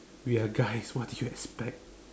we are guys what did you expect